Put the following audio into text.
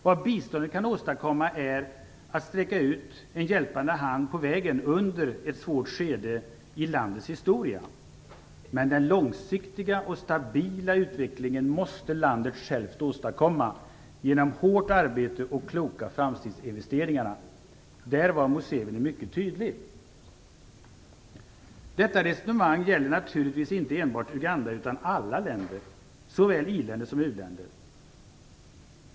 Vad biståndet kan åstadkomma är att sträcka ut en hjälpande hand på vägen under ett svårt skede i landets historia. Men den långsiktiga och stabila utvecklingen måste landet självt åstadkomma genom hårt arbete och kloka framtidsinvesteringar. Där var Museveni mycket tydlig. Detta resonemang gäller naturligtvis inte enbart Uganda utan alla länder, såväl i-länder som u-länder.